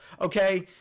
Okay